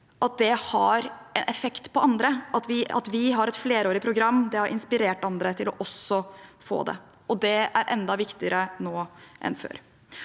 – har en effekt på andre. At vi har et flerårig program, har inspirert andre til også å få det, og det er enda viktigere nå enn før.